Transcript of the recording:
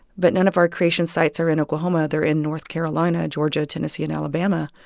but none of our creation sites are in oklahoma. they're in north carolina, georgia, tennessee and alabama,